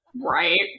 Right